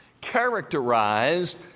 characterized